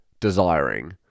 desiring